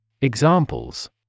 Examples